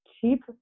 cheap